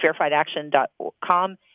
FairFightAction.com